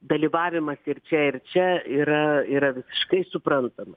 dalyvavimas ir čia ir čia yra yra visiškai suprantama